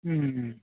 अँ अँ